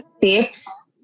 Tips